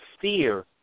fear